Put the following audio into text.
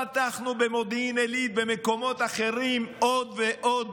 פתחנו במודיעין עילית ובמקומות אחרים עוד ועוד